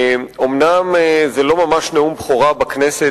אומנם זה לא ממש נאום בכורה בכנסת,